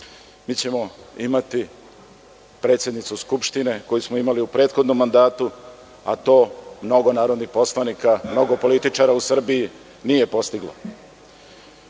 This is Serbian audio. Mi ćemo imati predsednicu Skupštine koju smo imali u prethodnom mandatu, a to mnogo narodnih poslanika, mnogo političara u Srbiji nije postiglo. Kao